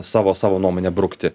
savo savo nuomonę brukti